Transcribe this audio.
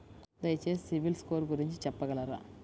దయచేసి CIBIL score గురించి చెప్పగలరా?